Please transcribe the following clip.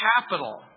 capital